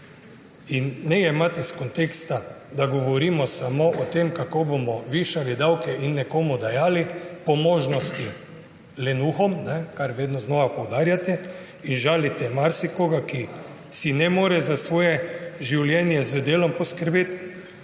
in ne jemati iz konteksta, da govorimo samo o tem, kako bomo višali davke in nekomu dajali, po možnosti lenuhom, kar vedno znova poudarjate in žalite marsikoga, ki ne more za svoje življenje z delom poskrbeti